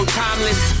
timeless